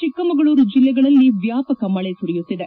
ಚಿಕ್ಕಮಗಳೂರು ಜಿಲ್ಲೆಗಳಲ್ಲಿ ವ್ಲಾಪಕ ಮಳೆ ಸುರಿಯುತ್ತಿದೆ